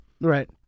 Right